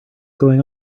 going